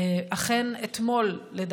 אכן אתמול בבוקר,